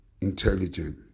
intelligent